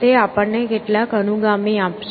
તે આપણને કેટલાક અનુગામી આપશે